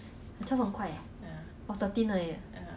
now also don't have lucky we don't have I_P_P_T ah